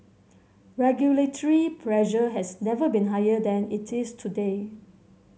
regulatory pressure has never been higher than it is today